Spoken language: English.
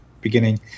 beginning